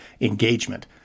engagement